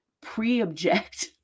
pre-object